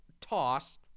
Toss